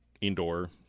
indoor